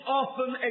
often